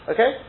Okay